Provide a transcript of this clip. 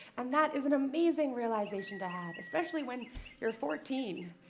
and that is an amazing realization to have, especially when you're fourteen.